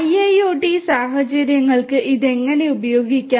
IIoT സാഹചര്യങ്ങൾക്ക് ഇത് എങ്ങനെ ഉപയോഗിക്കാം